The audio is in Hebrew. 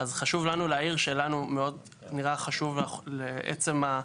אז חשוב לנו להעיר שלנו מאוד נראה חשוב לעצם גם